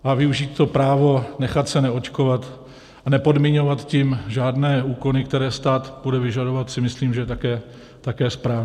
A využít to právo nechat se neočkovat a nepodmiňovat tím žádné úkony, které stát bude vyžadovat, si myslím, že je také správné.